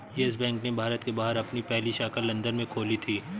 yes bank ने भारत के बाहर अपनी पहली शाखा लंदन में खोली थी